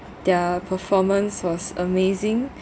their performance was amazing